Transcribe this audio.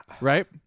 Right